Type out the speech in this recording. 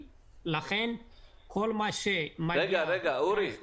לכן כל מה ש --- רגע, רגע, אורי.